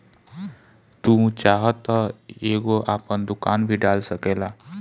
तू चाहत तअ एगो आपन दुकान भी डाल सकेला